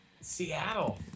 Seattle